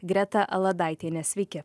greta aladaitienė sveiki